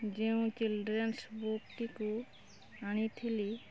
ଯେଉଁ ଚିଲଡ୍ରେନ୍ସ୍ ବୁକ୍ଟିକୁ ଆଣିଥିଲି